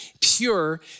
pure